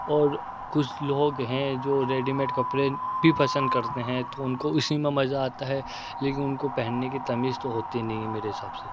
اور کچھ لوگ ہیں جو ریڈی میڈ کپرے بھی پسند کرتے ہیں تو ان کو اسی میں مزہ آتا ہے لیکن ان کو پہننے کی تمیز تو ہوتی نہیں ہے میرے حساب سے